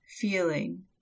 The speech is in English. feeling